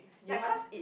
you want